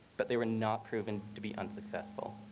but they were not proven to be unsuccessful.